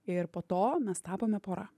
ir po to mes tapome pora